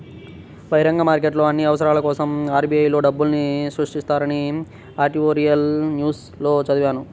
బహిరంగ మార్కెట్లో అన్ని అవసరాల కోసరం ఆర్.బి.ఐ లో డబ్బుల్ని సృష్టిస్తారని ఎడిటోరియల్ న్యూస్ లో చదివాను